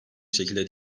şekilde